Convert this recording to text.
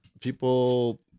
people